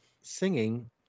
singing